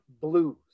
blues